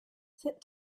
sit